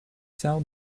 sound